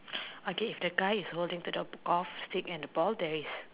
okay if the guy is holding the golf stick and the ball there is